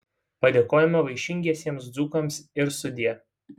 padėkojome vaišingiesiems dzūkams ir sudie